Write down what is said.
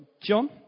John